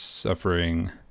suffering